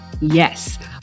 Yes